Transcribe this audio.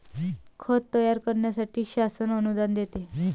खत तयार करण्यासाठी शासन अनुदान देते